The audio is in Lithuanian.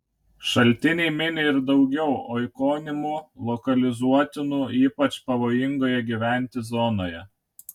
šaltiniai mini ir daugiau oikonimų lokalizuotinų ypač pavojingoje gyventi zonoje